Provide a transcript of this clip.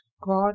God